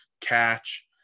catch